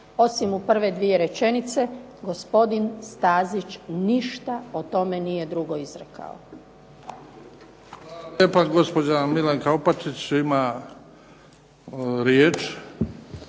Osim u prve dvije rečenice, gospodin Stazić ništa o tome nije drugo izrekao. **Bebić, Luka (HDZ)** Hvala lijepa. Gospođa Milanka Opačić ima riječ.